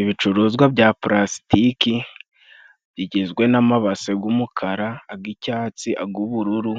Ibicuruzwa bya palasitiki bigizwe n'amabase g'umukara ag'icyatsi, ag' ubururu